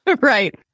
Right